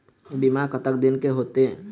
बीमा कतक दिन के होते?